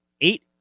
eight